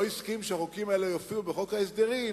הסכים שהחוקים האלה יופיעו בחוק ההסדרים,